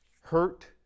hurt